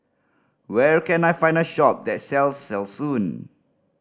where can I find a shop that sells Selsun